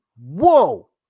whoa